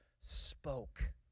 spoke